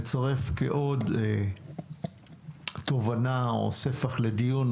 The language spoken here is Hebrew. נצרף כעוד תובנה או ספח לדיון.